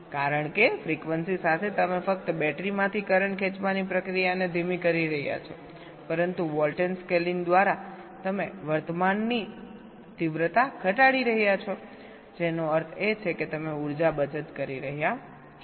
કારણ કે ફ્રીક્વન્સી સાથે તમે ફક્ત બેટરીમાંથી કરન્ટ ખેંચવાની પ્રક્રિયાને ધીમી કરી રહ્યા છો પરંતુ વોલ્ટેજ સ્કેલિંગ દ્વારા તમે વર્તમાનની તીવ્રતા ઘટાડી રહ્યા છો જેનો અર્થ છે કે તમે ઉર્જા બચત કરી રહ્યા છો